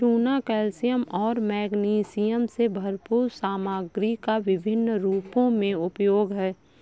चूना कैल्शियम और मैग्नीशियम से भरपूर सामग्री का विभिन्न रूपों में उपयोग है